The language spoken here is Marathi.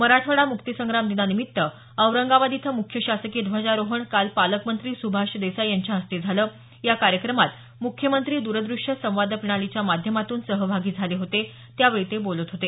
मराठवाडा मुक्तीसंग्राम दिनानिमित्त औरंगाबाद इथं मुख्य शासकीय ध्वजारोहण काल पालकमंत्री सुभाष देसाई यांच्या हस्ते झालं या कार्यक्रमात मुख्यमंत्री द्रदृश्यसंवाद प्रणालीच्या माध्यमातून सहभागी झाले होते त्यावेळी ते बोलत होते